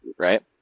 right